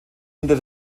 unter